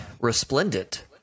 resplendent